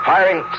Firing